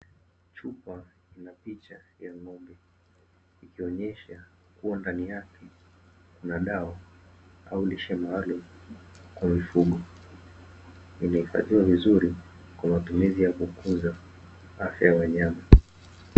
Chupa ina picha ya ng'ombe, ikionyesha kuwa ndani yake kuna dawa au lishe maalumu kwa mifugo. Imehifadhiwa vizuri kwa matumizi ya kukuza afya ya wanyama.